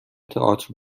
تئاتر